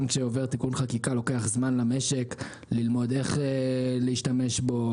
גם כשעובר תיקון חקיקה לוקח זמן למשק ללמוד איך להשתמש בו,